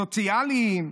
סוציאליים,